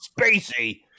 spacey